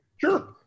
Sure